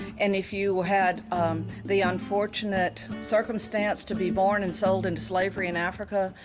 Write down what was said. and if you had the unfortunate circumstance to be born and sold into slavery in africa,